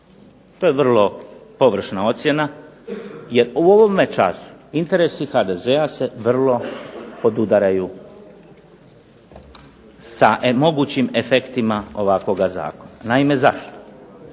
to je vrlo površna ocjena, jer u ovome času interesi HDZ-a se vrlo podudaraju sa mogućim efektima ovakvoga Zakona. Zašto?